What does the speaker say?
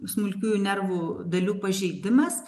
smulkiųjų nervų dalių pažeidimas